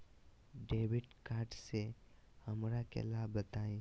Debit card से हमरा के लाभ बताइए?